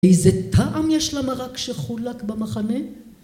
איזה טעם יש לה מרק שחולק במחנה?